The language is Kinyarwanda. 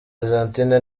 argentine